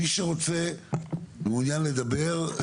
מי שמעוניין לדבר,